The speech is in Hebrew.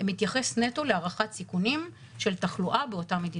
מתייחס נטו להערכת סיכונים של תחלואה באותה מדינה.